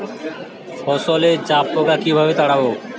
ফসলে জাবপোকা কিভাবে তাড়াব?